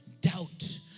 doubt